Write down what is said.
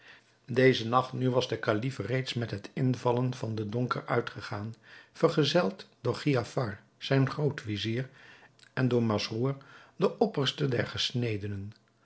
dezen nacht nu was de kalif reeds met het invallen van den donker uitgegaan vergezeld door giafar zijn groot-vizier en door masrour den opperste